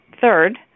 Third